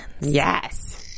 yes